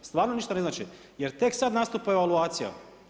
Stvarno ništa ne znači, jer tek sad nastupa evaluacija.